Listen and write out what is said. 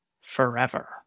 forever